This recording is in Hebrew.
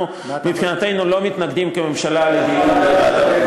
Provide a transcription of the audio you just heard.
מבחינתנו, אנחנו לא מתנגדים כממשלה לדיון.